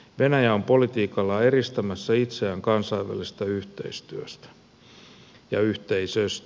venäjä on politiikallaan eristämässä itseään kansainvälisestä yhteistyöstä ja yhteisöstä